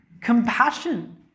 Compassion